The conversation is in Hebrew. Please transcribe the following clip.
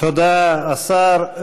תודה לשר.